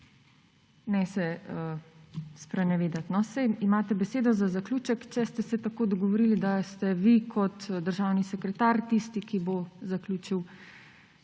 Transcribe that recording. se ne sprenevedati. Saj imate besedo za zaključek, če ste se dogovorili, da ste vi kot državni sekretar tisti, ki bo zaključil